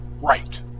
right